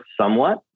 somewhat